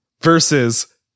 versus